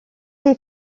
les